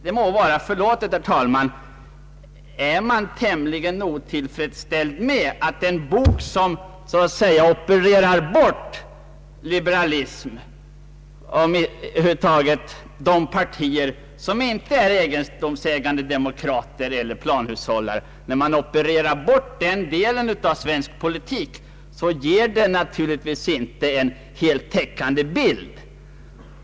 Det må vara förlåtet, herr talman, att man då är tämligen otillfredsställd med en bok som så att säga opererar bort liberalis men och över huvud taget de partier som inte består av egendomsägande demokrater eller planhushållare. Boken ger naturligtvis inte en helt täckande bild.